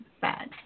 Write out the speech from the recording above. bad